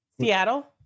Seattle